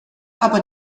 aber